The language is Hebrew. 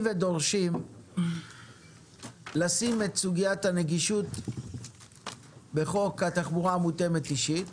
ודורשים לשים את סוגיית הנגישות בחוק התחבורה המותאמת אישית,